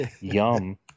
yum